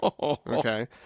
Okay